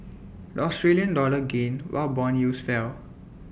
the Australian dollar gained while Bond yields fell